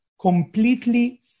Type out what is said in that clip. completely